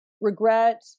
regret